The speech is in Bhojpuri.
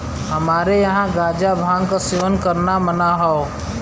हमरे यहां गांजा भांग क सेवन करना मना हौ